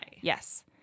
Yes